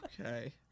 Okay